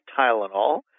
Tylenol